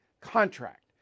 contract